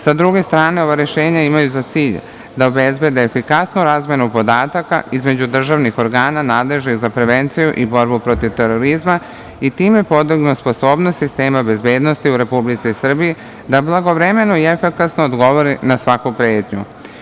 Sa druge strane, ova rešenja imaju za cilj da obezbede efikasnu razmenu podataka između državnih organa nadležnih za prevenciju i borbu protiv terorizma i time podignu sposobnost sistema bezbednosti u Republici Srbiji da blagovremeno i efikasno odgovore na svaku pretnju.